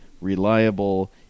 reliable